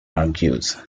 argues